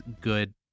good